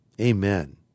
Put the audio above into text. amen